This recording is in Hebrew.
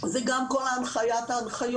זה גם כל הנחיית ההנחיות,